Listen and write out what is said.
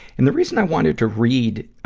and the reason i wanted to read, ah,